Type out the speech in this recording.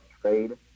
trade